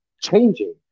changing